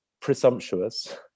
presumptuous